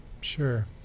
Sure